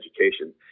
education